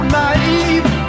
naive